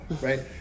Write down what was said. Right